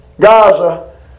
Gaza